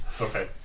Okay